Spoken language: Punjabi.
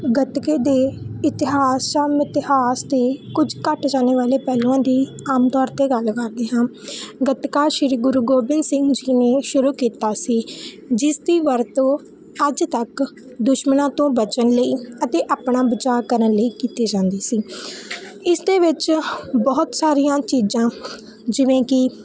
ਗਤਕੇ ਦੇ ਇਤਿਹਾਸ ਸਮ ਇਤਿਹਾਸ ਅਤੇ ਕੁਝ ਘੱਟ ਜਾਣੇ ਵਾਲੇ ਪਹਿਲੂਆਂ ਦੀ ਆਮ ਤੌਰ 'ਤੇ ਗੱਲ ਕਰਦੇ ਹਾਂ ਗਤਕਾ ਸ਼੍ਰੀ ਗੁਰੂ ਗੋਬਿੰਦ ਸਿੰਘ ਜੀ ਨੇ ਸ਼ੁਰੂ ਕੀਤਾ ਸੀ ਜਿਸ ਦੀ ਵਰਤੋਂ ਅੱਜ ਤੱਕ ਦੁਸ਼ਮਣਾਂ ਤੋਂ ਬਚਣ ਲਈ ਅਤੇ ਆਪਣਾ ਬਚਾਅ ਕਰਨ ਲਈ ਕੀਤੇ ਜਾਂਦੀ ਸੀ ਇਸ ਦੇ ਵਿੱਚ ਬਹੁਤ ਸਾਰੀਆਂ ਚੀਜ਼ਾਂ ਜਿਵੇਂ ਕਿ